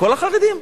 כל החרדים.